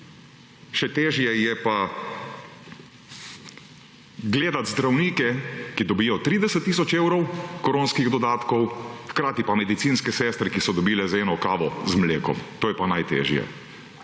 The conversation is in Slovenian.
še težje je pa gledati zdravnike, ki dobijo 30 tisoč evrov koronskih dodatkov, hkrati pa medicinske sestre, ki so dobile za eno kavo z mlekom. To je pa najtežje.